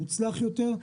מוצלח יותר,